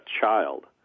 child